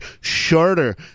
shorter